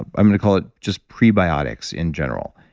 i'm going to call it just prebiotics in general.